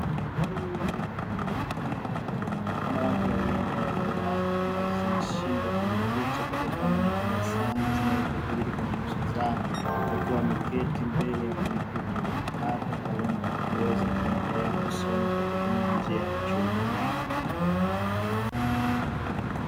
Wanawake wawili wenye furaha ambazo zinashindwa kujificha kutokana na tabasamu zinazodhihiri kwenye nyuso zao, wakiwa wameketi mbele ya kompyuta mpakato kwa lengo la kuweza kuendelea kusoma kwa kupitia njia ya ushirikiano.